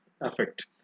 effect